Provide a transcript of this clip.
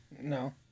No